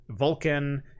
Vulkan